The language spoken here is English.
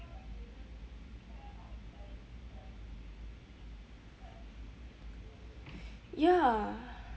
ya